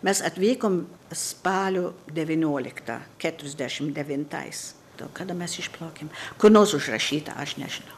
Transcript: mes atvykom spalio devynioliktą keturiasdešim devintais kada mes išplaukėm kur nors užrašyta aš nežinau